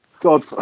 God